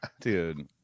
dude